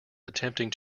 attempting